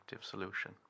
solution